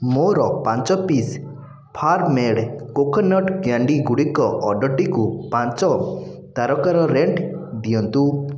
ମୋର ପାଞ୍ଚ piece farm made coconut candy ଗୁଡ଼ିକ ଅର୍ଡ଼ର୍ଟିକୁ ପାଞ୍ଚ ତାରକାର ରେଟ୍ ଦିଅନ୍ତୁ